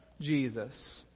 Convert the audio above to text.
Jesus